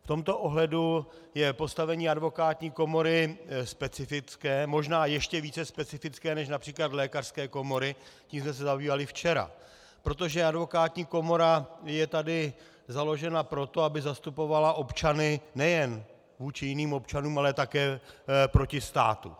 V tomto ohledu je postavení advokátní komory specifické, možná ještě více specifické než například lékařské komory tím jsme se zabývali včera , protože advokátní komora je tady založena proto, aby zastupovala občany nejen vůči jiným občanům, ale také proti státu.